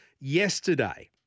yesterday